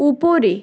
উপরে